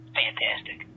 fantastic